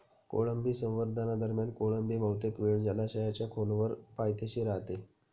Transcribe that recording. कोळंबी संवर्धनादरम्यान कोळंबी बहुतेक वेळ जलाशयाच्या खोलवर पायथ्याशी राहते